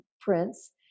prints